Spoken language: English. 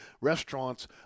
restaurants